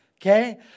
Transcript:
Okay